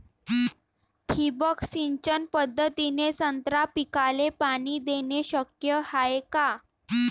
ठिबक सिंचन पद्धतीने संत्रा पिकाले पाणी देणे शक्य हाये का?